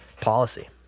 policy